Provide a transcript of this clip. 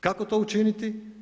Kako to učiniti?